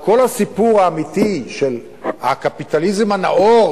כל הסיפור האמיתי של הקפיטליזם הנאור,